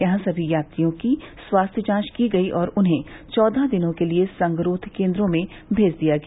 यहां सभी यात्रियों की स्वास्थ्य जांच की गई और उन्हें चौदह दिनों के लिए संगरोध केन्द्रों में भेज दिया गया